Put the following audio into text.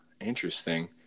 Interesting